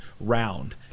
round